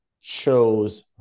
chose